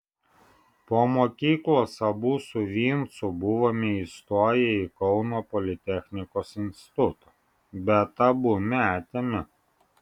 po mokyklos abu su vincu buvome įstoję į kauno politechnikos institutą bet abu metėme